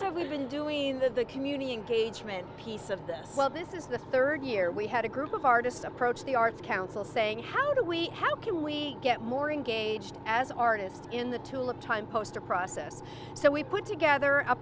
we been doing the community engagement piece of this well this is the third year we had a group of artists approach the arts council saying how do we how can we get more engaged as artists in the tulip time poster process so we put together a